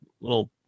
little